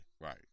Right